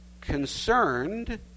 concerned